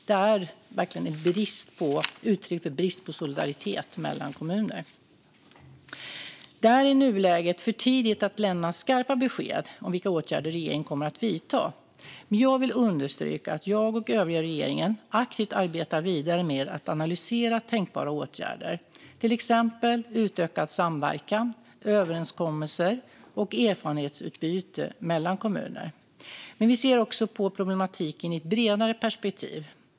Det är verkligen ett uttryck för brist på solidaritet mellan kommuner. Det är i nuläget för tidigt att lämna skarpa besked om vilka åtgärder regeringen kommer att vidta. Men jag vill understryka att jag och den övriga regeringen aktivt arbetar vidare med att analysera tänkbara åtgärder, till exempel utökad samverkan, överenskommelser och erfarenhetsutbyte mellan kommuner. Men vi ser också på problematiken i ett bredare perspektiv.